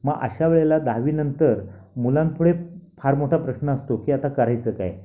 मग अशा वेळेला दहावी नंतर मुलांपुढे फार मोठा प्रश्न असतो की आता करायचं काय